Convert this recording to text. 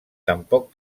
tampoc